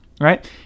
right